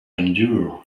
endure